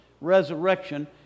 resurrection